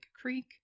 Creek